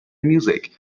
music